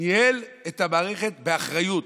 ניהל את המערכת באחריות.